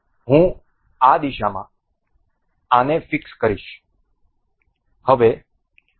હું આ દિશામાં આને ફીક્સ કરીશ